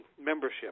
membership